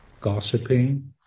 gossiping